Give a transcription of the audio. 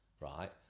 right